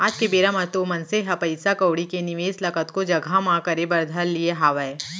आज के बेरा म तो मनसे ह पइसा कउड़ी के निवेस ल कतको जघा म करे बर धर लिये हावय